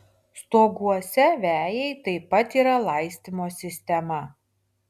stoguose vejai taip pat yra laistymo sistema